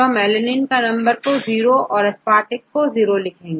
तो हम अलनीन का नंबर जीरो और aspartic एसिड का भी 0है